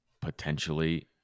potentially